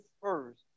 first